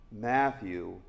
Matthew